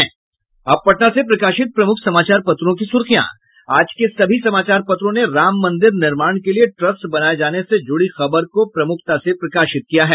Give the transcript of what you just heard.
अब पटना से प्रकाशित प्रमुख समाचार पत्रों की सुर्खियां आज के सभी समाचार पत्रों ने राम मंदिर निर्माण के लिए ट्रस्ट बनाये जाने से जुड़ी खबर को प्रमुखता से प्रकाशित किया है